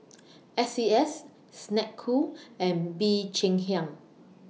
S C S Snek Ku and Bee Cheng Hiang